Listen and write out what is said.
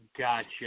Gotcha